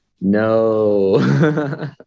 no